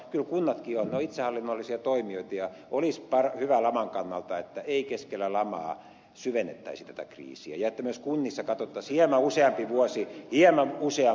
kunnat ovat itsehallinnollisia toimijoita ja olisi hyvä laman kannalta että ei keskellä lamaa syvennettäisi tätä kriisiä ja että myös kunnissa katsottaisiin hieman useampi vuosi eteenpäin